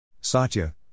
Satya